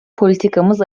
politikamız